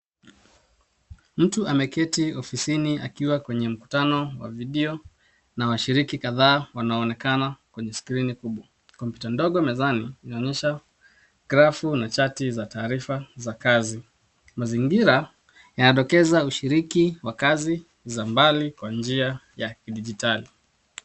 Mtu ameketi ofisini akiwa kwenye mkutano wa video na washiriki kadhaa wanaonekana kwenye skrini kubwa. Kompyuta ndogo mezani inaonyesha grafu na chati za taarifa za kazi. Mazingira yanadokeza ushiriki wa kazi za mbali kwa njia ya kidijitali.